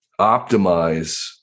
optimize